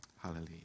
Hallelujah